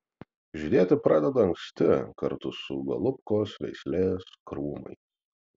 žydėti pradeda anksti kartu su golubkos veislės krūmais